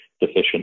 deficient